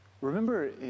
Remember